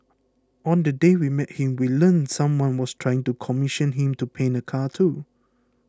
on the day we met him we learnt someone was trying to commission him to paint a car too